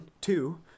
two